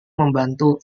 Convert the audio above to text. membantu